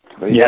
Yes